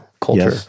culture